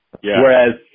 Whereas